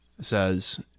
says